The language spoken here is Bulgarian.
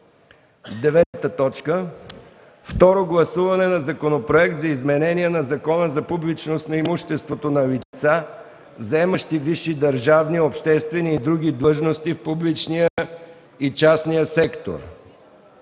9. Второ гласуване на Законопроект за изменение на Закона за публичност на имуществото на лица, заемащи висши държавни, обществени и други длъжности в публичния и частния сектор.